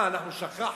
מה, אנחנו שכחנו?